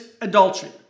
adultery